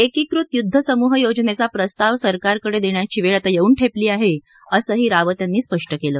एकीकृत युद्ध समूह योजनेचा प्रस्ताव सरकारकडे देण्याची वेळ आता येऊन ठेपली आहे असंही रावत यांनी स्पष्ट केलं